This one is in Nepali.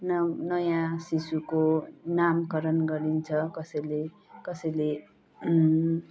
नयाँ शिशुको नामकरण गरिन्छ कसैले